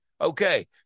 Okay